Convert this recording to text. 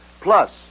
Plus